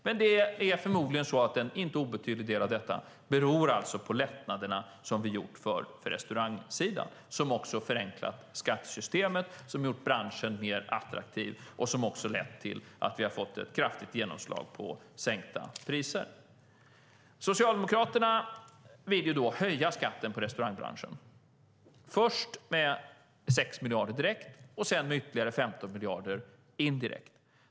Men förmodligen beror en inte obetydlig del av detta på lättnaderna som vi har gjort för restaurangsidan som har förenklat skattesystemet och gjort branschen mer attraktiv och som också lett till att vi fått ett kraftigt genomslag på sänkta priser. Socialdemokraterna vill höja skatten på restaurangbranschen, först med 6 miljarder direkt och sedan med ytterligare 15 miljarder indirekt.